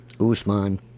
Usman